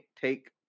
take